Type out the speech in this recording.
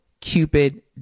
Cupid